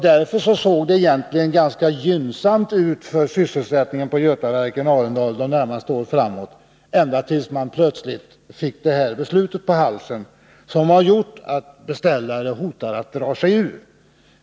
Därför såg det egentligen ganska gynnsamt ut för sysselsättningen på Götaverken Arendal de närmaste åren framåt, ända tills man plötsligt fick detta beslut på halsen, som har gjort att beställare hotar att dra sig ur.